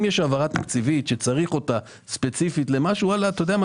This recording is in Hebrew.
אם יש העברה תקציבית שצריך אותה ספציפית למשהו אתה יודע מה,